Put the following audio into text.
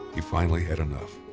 he finally had enough.